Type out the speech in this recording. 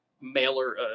Mailer